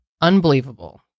unbelievable